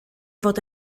fod